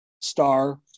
star